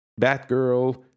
Batgirl